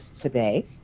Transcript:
today